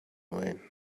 win